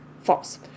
False